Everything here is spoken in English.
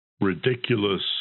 ridiculous